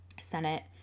Senate